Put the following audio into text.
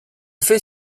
fait